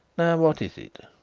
now what is it?